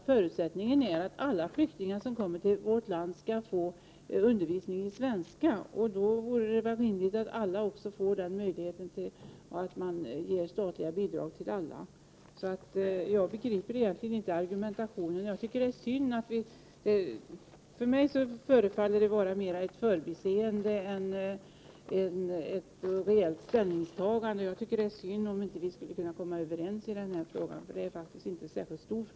Förutsättningen måste vara att alla flyktingar som kommer till Sverige skall få undervisning i svenska. Då vore det väl rimligt att alla också får statligt bidrag. Jag begriper inte argumentationen. För mig förefaller detta vara mer ett förbiseende än ett ställningstagande. Det är synd om vi inte skulle kunna komma överens i den här frågan, eftersom den inte är särskilt stor.